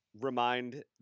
remind